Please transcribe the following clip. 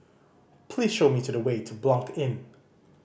please show me to the way to Blanc Inn